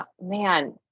man